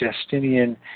Justinian